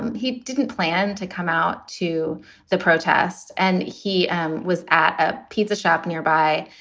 and he didn't plan to come out to the protest. and he and was at a pizza shop nearby.